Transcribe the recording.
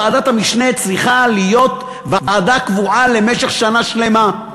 ועדת המשנה צריכה להיות ועדה קבועה למשך שנה שלמה.